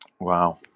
wow